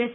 S